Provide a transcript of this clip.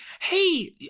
Hey